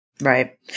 Right